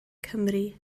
cymru